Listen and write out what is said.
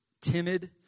Timid